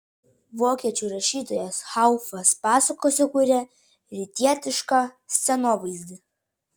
vokiečių rašytojas haufas pasakose kuria rytietišką scenovaizdį